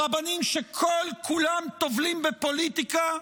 רבנים שכל-כולם טובלים בפוליטיקה,